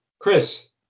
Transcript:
Chris